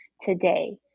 today